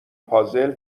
پازل